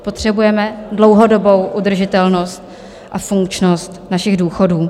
Potřebujeme dlouhodobou udržitelnost a funkčnost našich důchodů.